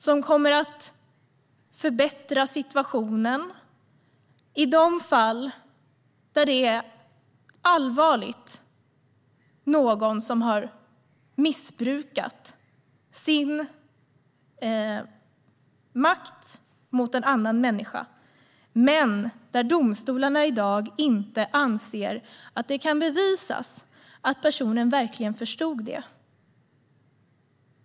Det kommer att förbättra situationen i de fall där någon allvarligt har missbrukat sin makt mot en annan människa men där domstolarna i dag inte anser att det kan bevisas att personen verkligen förstod det.